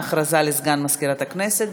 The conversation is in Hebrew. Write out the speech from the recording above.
הודעה לסגן מזכירת הכנסת.